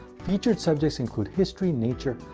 featured subjects include history, nature,